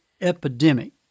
epidemic